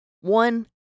One